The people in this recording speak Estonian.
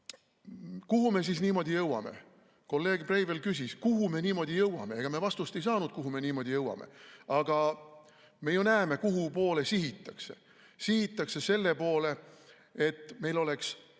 Kuhu me siis niimoodi jõuame? Kolleeg Breivel küsis, kuhu me niimoodi jõuame. Ega me vastust ei saanud, et kuhu me niimoodi jõuame, aga me ju näeme, kuhu poole sihitakse. Sihitakse selle poole, et võimalikult